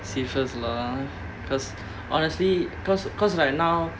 see first lah !huh! because honestly because because like now